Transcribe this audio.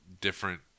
different